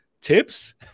tips